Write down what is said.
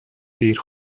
دیر